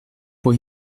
pour